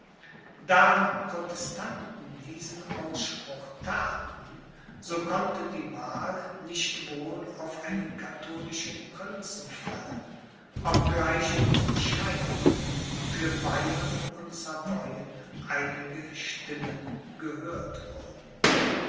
da protestanten diesen ausspruch thaten so konnte die wahl nicht wohl auf einen katholischen prinzen fallen obgleich zum scheine für bayern und savoyen einige stimmen gehört wurden